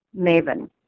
maven